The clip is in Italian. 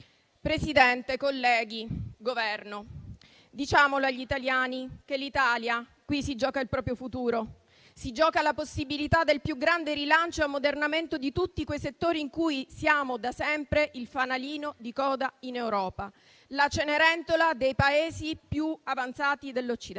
rappresentanti del Governo, diciamolo agli italiani: l'Italia qui si gioca il proprio futuro; si gioca la possibilità del più grande rilancio e ammodernamento di tutti quei settori in cui siamo da sempre il fanalino di coda in Europa, la cenerentola dei Paesi più avanzati dell'Occidente.